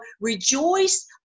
rejoice